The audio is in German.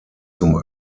zum